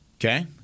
Okay